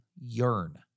yearn